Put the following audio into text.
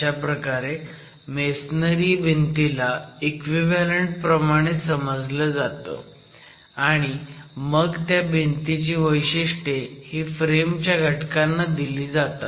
अशाप्रकारे मेसनरी भिंतीला इक्विव्हॅलंट प्रमाणे समजलं जातं आणि मग त्या भिंतीची वैशिष्ट्ये ही फ्रेम च्या घटकांना दिली जातात